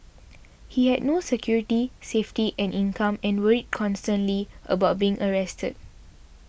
he had no security safety and income and worried constantly about being arrested